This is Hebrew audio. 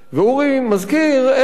ואורי מזכיר איך,